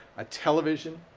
a television.